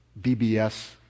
BBS